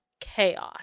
chaos